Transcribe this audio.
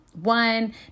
one